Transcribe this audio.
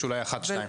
יש אולי אחת או שתיים.